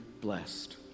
blessed